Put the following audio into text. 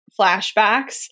flashbacks